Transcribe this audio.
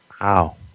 Wow